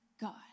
God